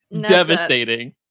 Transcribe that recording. devastating